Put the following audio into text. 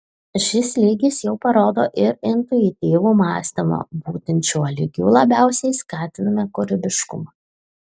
šis lygis jau parodo ir intuityvų mąstymą būtent šiuo lygiu labiausiai skatiname kūrybiškumą